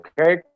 okay